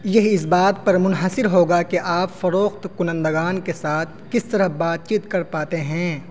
یہ اس بات پر منحصر ہوگا کہ آپ فروخت کنندگان کے ساتھ کس طرح بات چیت کر پاتے ہیں